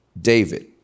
David